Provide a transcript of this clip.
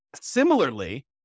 Similarly